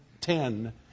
ten